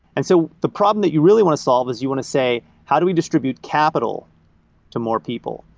and so the problem that you really want to solve is you want to say, how do we distribute capital to more people?